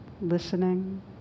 listening